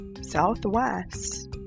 southwest